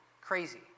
crazy